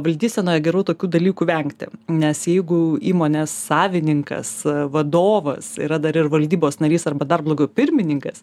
valdysenoj gerų tokių dalykų vengti nes jeigu įmonės savininkas vadovas yra dar ir valdybos narys arba dar blogiau pirmininkas